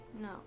No